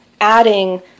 adding